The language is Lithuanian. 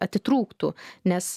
atitrūktų nes